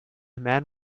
man